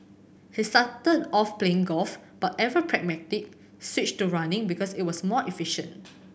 he started off playing golf but ever pragmatic switched to running because it was more efficient